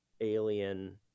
alien